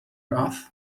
rough